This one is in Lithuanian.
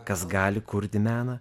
kas gali kurdi meną